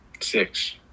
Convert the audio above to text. Six